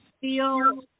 feel